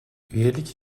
üyelik